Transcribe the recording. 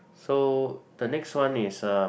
so the next one is uh